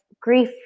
grief